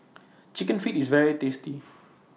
Chicken Feet IS very tasty